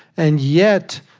and yet,